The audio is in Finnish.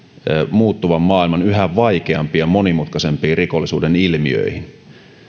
muuttuvan maailman yhä vaikeampiin ja monimutkaisempiin rikollisuuden ilmiöihin